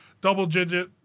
double-digit